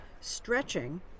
Stretching